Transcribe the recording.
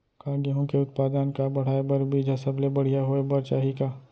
का गेहूँ के उत्पादन का बढ़ाये बर बीज ह सबले बढ़िया होय बर चाही का?